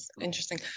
interesting